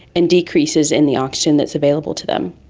and decreases in the oxygen that is available to them.